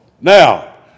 Now